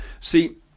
See